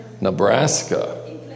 Nebraska